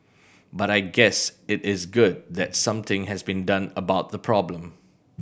but I guess it is good that something has been done about the problem